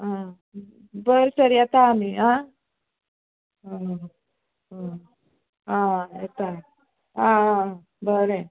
आं बरें तर येता आमी आं आं आं आं येता आं आं बरें